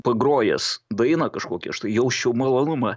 pagrojęs dainą kažkokią aš tai jausčiau malonumą